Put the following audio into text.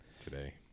today